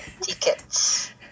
tickets